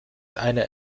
einer